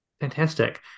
Fantastic